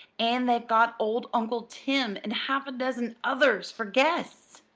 and they've got old uncle tim and half a dozen others for guests.